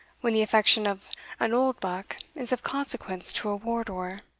when the affection of an oldbuck is of consequence to a wardour!